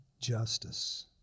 justice